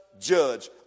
judge